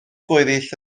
gweddill